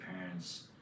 parents